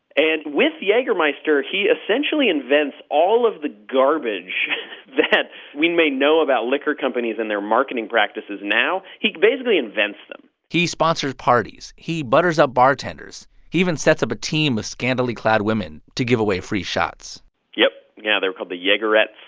and with jagermeister, he essentially invents all of the garbage that we may know about liquor companies and their marketing practices now. he basically invents them he sponsored parties. he butters up bartenders. he even sets up a team of scantily clad women to give away free shots yep. yeah, they were called the jagerettes.